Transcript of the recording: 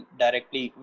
directly